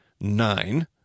nine